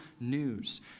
news